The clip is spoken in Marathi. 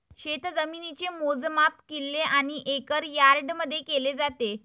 शेतजमिनीचे मोजमाप किल्ले आणि एकर यार्डमध्ये केले जाते